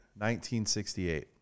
1968